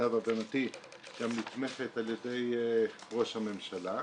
למיטב הבנתי, גם נתמכת על ידי ראש הממשלה.